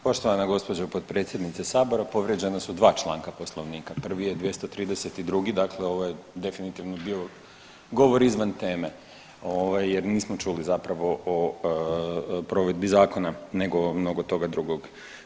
Poštovana gđo. potpredsjednice sabora povrijeđena su dva članka Poslovnika, prvi je 232., dakle ovo je definitivno bio govor izvan teme ovaj jer nismo čuli zapravo o provedbi zakona nego mnogo toga drugog.